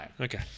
Okay